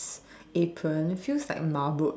apron feels like marbled meat